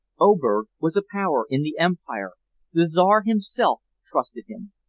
oberg was a power in the empire the czar himself trusted him.